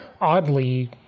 oddly